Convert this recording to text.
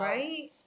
Right